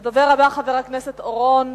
הדובר הבא הוא חבר הכנסת חיים אורון.